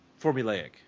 Formulaic